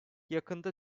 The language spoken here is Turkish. yakında